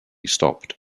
stopped